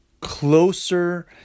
closer